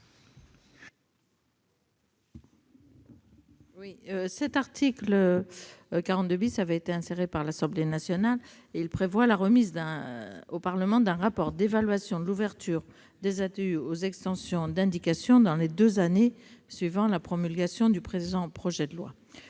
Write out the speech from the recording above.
Cet article, qui a été inséré par l'Assemblée nationale, prévoit la remise au Parlement d'un rapport d'évaluation de l'ouverture des ATU aux extensions d'indication dans les deux années suivant la promulgation de la loi.